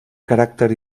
caràcter